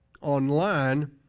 online